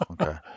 okay